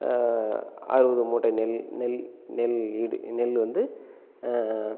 அறுபது மூட்டை நெல் நெல் நெல் ஈடு நெல்லு வந்து